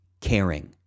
caring